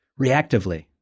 reactively